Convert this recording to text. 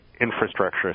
infrastructure